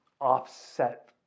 offset